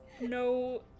no